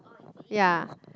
ya